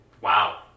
Wow